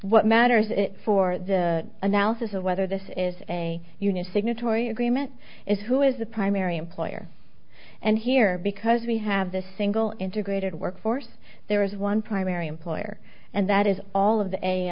what matters it for the analysis of whether this is a union signatory agreement is who is the primary employer and here because we have the single integrated workforce there is one primary employer and that is all of